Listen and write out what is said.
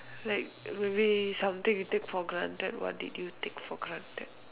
like maybe something you take for granted what did you take for granted